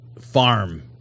farm